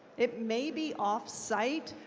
it may be off site,